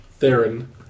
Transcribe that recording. Theron